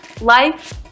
life